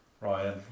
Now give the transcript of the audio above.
Ryan